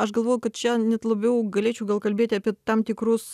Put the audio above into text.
aš galvoju kad čia net labiau galėčiau gal kalbėti apie tam tikrus